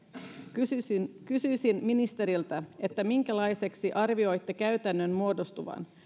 kysyisin kysyisin ministeriltä minkälaiseksi arvioitte käytännön muodostuvan